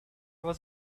was